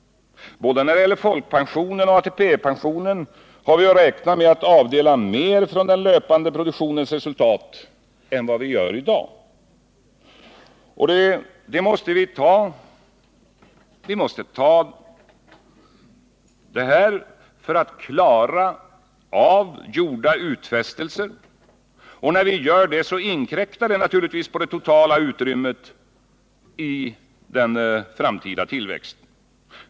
Både när det gäller folkpensionen och ATP-pensionen har vi att Nr 54 räkna med att avdela mer från den löpande produktionens resultat än vad vi Torsdagen den göridag. Vi måste genomföra detta för att klara gjorda utfästelser. Därigenom 14 december 1978 inkräktar vi naturligtvis på det totala utrymmet i den framtida tillväxten.